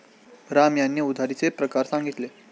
राम यांनी उधारीचे प्रकार सांगितले